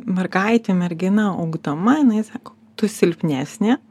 mergaitė mergina augdama jinai sako tu silpnesnė